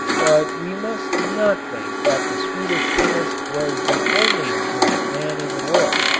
but we must not think that the swedish chemist was the only observant man in the world.